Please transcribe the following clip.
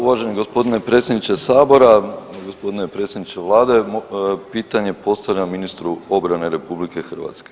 Uvaženi gospodine predsjedniče sabora, gospodine predsjedniče vlade, pitanje postavljam ministru obrane RH.